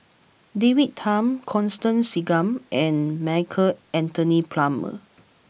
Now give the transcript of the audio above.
David Tham Constance Singam and Michael Anthony Palmer